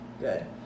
Good